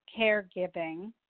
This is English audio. caregiving